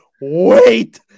wait